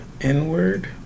inward